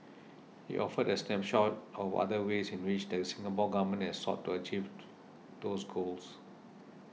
he offered a snapshot of other ways in which the Singapore Government has sought to achieve to those goals